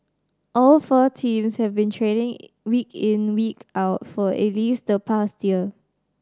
all four teams have been training week in week out for at least the past year